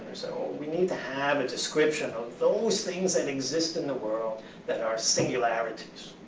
so we need to have a description of those things that exist in the world that are singularities.